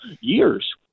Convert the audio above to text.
years